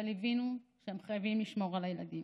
אבל הם הבינו שהם חייבים לשמור על הילדים.